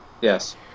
Yes